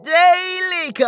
daily